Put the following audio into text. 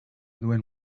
duen